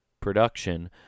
Production